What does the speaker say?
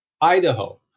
Idaho